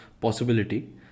possibility